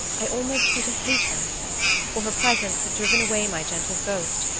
i almost grew to hate her for her presence had driven away my gentle ghost,